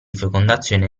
fecondazione